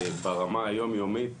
ברמה היום יומית,